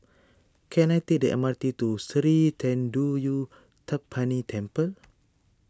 can I take the M R T to Sri thendayuthapani Temple